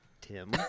tim